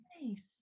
nice